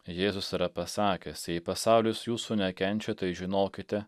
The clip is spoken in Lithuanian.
jėzus yra pasakęs jei pasaulis jūsų nekenčia tai žinokite